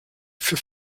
für